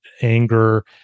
anger